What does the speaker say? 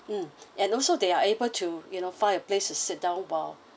mm and also they are able to you know find a place to sit down while